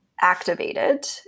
activated